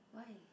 why